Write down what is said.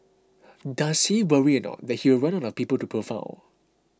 does he worry he will run out of people to profile